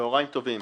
צהריים טובים.